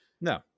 No